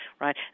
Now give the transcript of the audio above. right